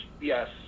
yes